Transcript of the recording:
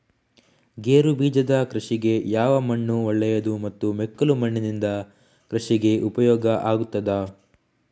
ಗೇರುಬೀಜದ ಕೃಷಿಗೆ ಯಾವ ಮಣ್ಣು ಒಳ್ಳೆಯದು ಮತ್ತು ಮೆಕ್ಕಲು ಮಣ್ಣಿನಿಂದ ಕೃಷಿಗೆ ಉಪಯೋಗ ಆಗುತ್ತದಾ?